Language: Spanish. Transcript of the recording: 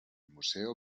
museo